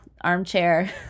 armchair